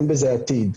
אין בזה עתיד.